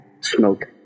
smoke